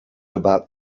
about